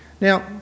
Now